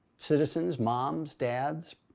citizens, moms, dads,